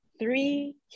three